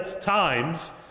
times